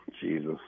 Jesus